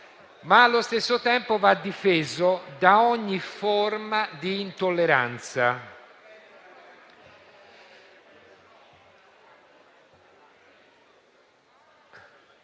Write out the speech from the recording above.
ma allo stesso tempo va difeso da ogni forma di intolleranza.